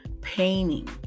painting